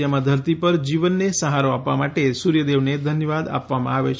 જેમાં ધરતી પર જીવનને સહારો આપવા માટે સૂર્યદેવને ધન્યવાદ આપવામાં આવે છે